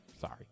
Sorry